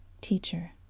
teacher